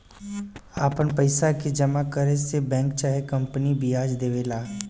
आपन पइसा के जमा करे से बैंक चाहे कंपनी बियाज देवेला